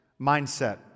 mindset